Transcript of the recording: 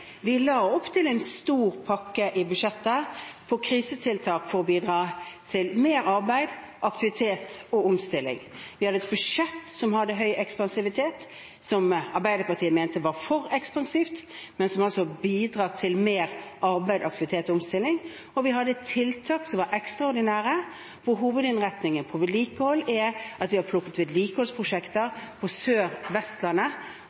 vi la opp til en stor tiltakspakke i budsjettet – med tanke på krise – for å bidra til mer arbeid, aktivitet og omstilling. Vi hadde et budsjett som var veldig ekspansivt, som Arbeiderpartiet mente var for ekspansivt, men som altså bidrar til mer arbeid, aktivitet og omstilling. Vi hadde tiltak som var ekstraordinære, og hovedinnretningen på vedlikehold er at vi har plukket